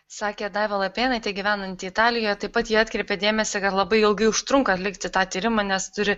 sakė daiva lapėnaitė gyvenanti italijoj taip pat ji atkreipė dėmesį kad labai ilgai užtrunka atlikti tą tyrimą nes turi